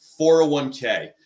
401k